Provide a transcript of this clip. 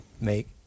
make